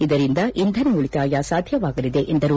ಇದರಿಂದ ಇಂದನ ಉಳಿತಾಯ ಸಾಧ್ಯವಾಗಲಿದೆ ಎಂದರು